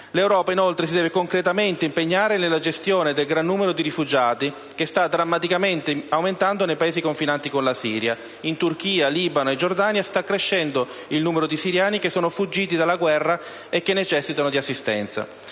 L'Europa inoltre si deve concretamente impegnare nella gestione del gran numero di rifugiati, che sta drammaticamente aumentando nei Paesi confinanti con la Siria. In Turchia, Libano e Giordania sta crescendo il numero di siriani che sono fuggiti dalla guerra e che necessitano di assistenza.